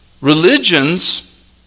religions